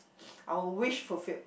our wish fulfilled